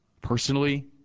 personally